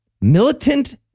militant